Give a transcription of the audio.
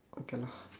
okay lah